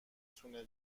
تونه